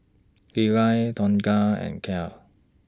Lilah Tonja and Kiel